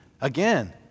Again